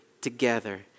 together